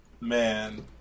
man